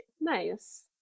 nice